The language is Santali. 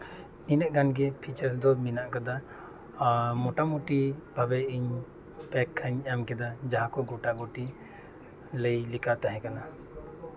ᱤᱱᱟᱹᱜ ᱜᱟᱱ ᱜᱮ ᱯᱷᱤᱪᱟᱨᱥ ᱫᱚ ᱢᱮᱱᱟᱜ ᱟᱠᱟᱫᱟ ᱟᱨ ᱢᱳᱴᱟᱢᱩᱴᱤ ᱵᱷᱟᱵᱮ ᱤᱧ ᱵᱮᱠᱠᱷᱟᱧ ᱮᱢ ᱟᱠᱟᱫᱟ ᱡᱟᱦᱟᱸ ᱠᱚ ᱜᱳᱴᱟᱜᱩᱴᱤ ᱞᱟᱹᱭ ᱞᱮᱠᱟ ᱛᱟᱦᱮᱸ ᱠᱟᱱᱟ